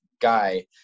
guy